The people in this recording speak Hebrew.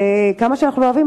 כמה שאנחנו לא אוהבים,